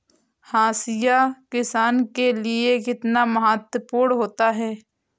हाशिया किसान के लिए कितना महत्वपूर्ण होता है?